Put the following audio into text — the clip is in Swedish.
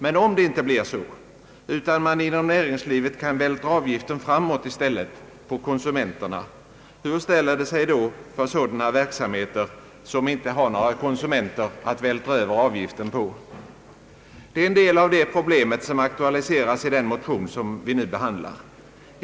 Men om det inte blir så, utan man inom näringslivet kan vältra avgiften framåt i stället, på konsumenterna — hur ställer det sig då för sådana verksamheter som inte har några konsumenter att vältra över avgiften på? Det är en del av det problemet som aktualiseras i den motion vi nu behandlar.